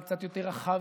קצת יותר רחב,